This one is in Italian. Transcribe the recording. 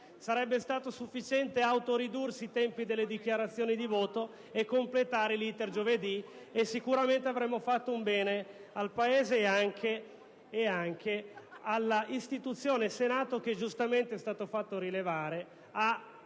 Sarebbe stato sufficiente autoridursi i tempi delle dichiarazioni di voto e completare l'*iter* giovedì: così facendo, sicuramente avremmo reso un servizio al Paese e anche all'istituzione Senato che - come è stato fatto giustamente